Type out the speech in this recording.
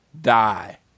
die